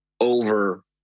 over